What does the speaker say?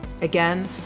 Again